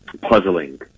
puzzling